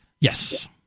Yes